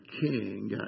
king